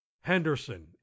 Henderson